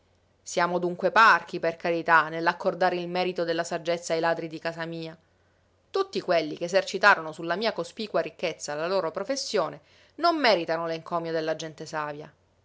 siamo dunque parchi per carità nell'accordare il merito della saggezza ai ladri di casa mia tutti quelli che esercitarono sulla mia cospicua ricchezza la loro professione non meritano l'encomio della gente savia